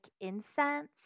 incense